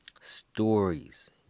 stories